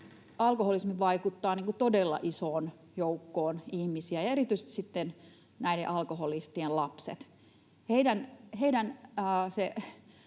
Alkoholismi vaikuttaa todella isoon joukkoon ihmisiä ja erityisesti näiden alkoholistien lapsiin.